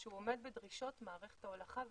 שהוא עומד בדרישות מערכת ההולכה והתחנות.